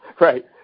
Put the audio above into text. right